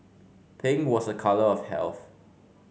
pink was a colour of health